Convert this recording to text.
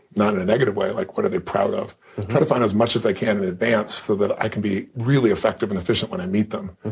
not in a negative way, like what are they proud of. i try to find as much as i can in advance so that i can be really effective and efficient when i meet them.